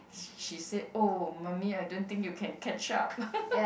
she said oh mummy I don't think you can catch up